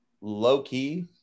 low-key